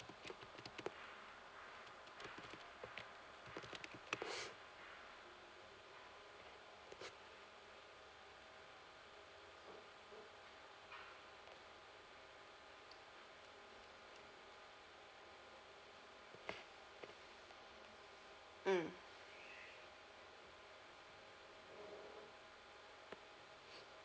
mm